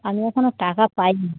আমি এখনও টাকা পাই নি